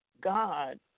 God